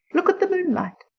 look at the moonlight.